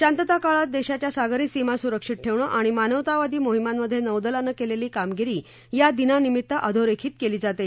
शांतता काळात देशा या सागरी सीमा सुरित ठेवणं आणि मानवतावादी मोहिमांमधे नौदलानं केलेली कामगिरी या दिनानिमि अधोरेखित केली जाते